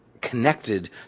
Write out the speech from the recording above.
connected